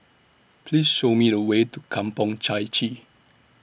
Please Show Me The Way to Kampong Chai Chee